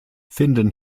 finden